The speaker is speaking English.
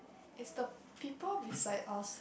it's the people beside us